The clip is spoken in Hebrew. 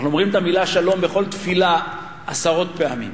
אנחנו אומרים את המלה שלום בכל תפילה עשרות פעמים.